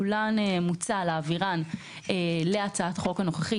ואת כולן מוצע להעבירן להצעת החוק הנוכחית,